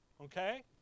Okay